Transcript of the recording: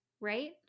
right